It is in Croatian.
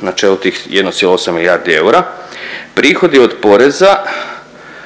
načelu tih 1,8 milijardi eura. Prihodi od poreza